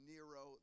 Nero